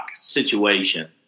situation